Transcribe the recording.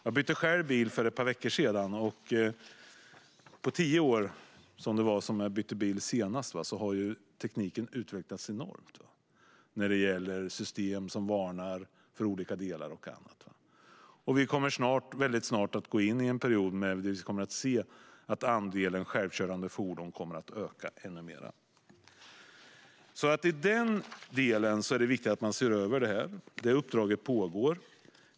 Jag bytte själv bil för ett par veckor sedan. Det var tio år sedan jag bytte bil senast, och tekniken har utvecklats enormt när det gäller varningssystem och annat. Vi kommer väldigt snart att gå in i en period där andelen självkörande fordon ökar ännu mer. I den delen är det viktigt med en översyn, och det uppdraget pågår.